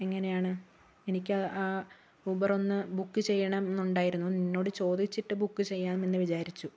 എങ്ങനെയാണ് എനിക്ക് ആ ആ ഊബർ ഒന്ന് ബുക്ക് ചെയ്യണം എന്നുണ്ടായിരുന്നു നിന്നോട് ചോദിച്ചിട്ട് ബുക്ക് ചെയ്യാമെന്നു വിചാരിച്ചു